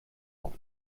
auf